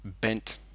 bent